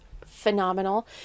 phenomenal